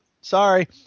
sorry